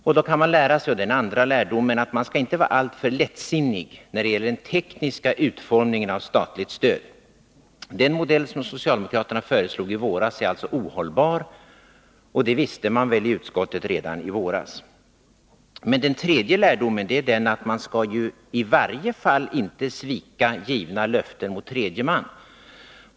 Den andra lärdomen är att man inte skall vara alltför lättsinnig när det gäller den tekniska utformningen av statligt stöd. Den modell som socialdemokraterna föreslog i våras är ohållbar. Det visste man väli utskottet redan i våras. Den tredje lärdomen är den att man i varje fall inte skall svika givna löften till tredje man.